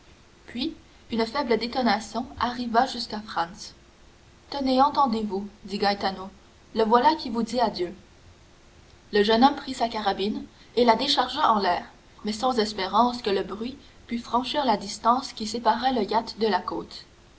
puis une faible détonation arriva jusqu'à franz tenez entendez-vous dit gaetano le voilà qui vous dit adieu le jeune homme prit sa carabine et la déchargea en l'air mais sans espérance que le bruit pût franchir la distance qui séparait le yacht de la côte